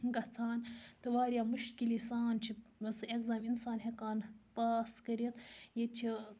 گژھان تہٕ واریاہ مُشکِلی سان چھِ سُہ ایٚگزام اِنسان ہٮ۪کان پاس کٔرِتھ ییٚتہِ چھِ